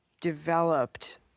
developed